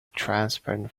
transparent